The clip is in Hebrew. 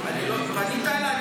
פנית אליי?